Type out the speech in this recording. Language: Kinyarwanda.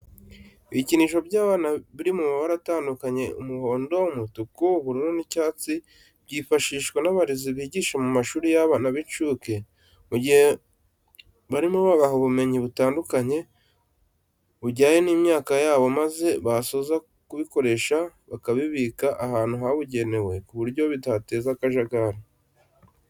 Ibikinisho by'abana biri mu mabara atandukanye umuhondo, umutuku, ubururu n'icyatsi byifashishwa n'abarezi bigisha mu mashuri y'abana b'incuke, mu gihe barimo babaha ubumenyi butanduhanye bujyanye n'imyaka yabo maze basoza kubikoresha bakabibika ahantu habugenewe ku buryo bidateza akajagari.